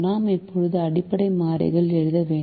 நாம் இப்போது அடிப்படை மாறிகள் எழுத வேண்டும்